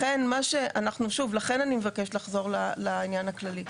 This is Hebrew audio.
לכן אני מבקשת לחזור לעניין הכללי,